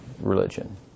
religion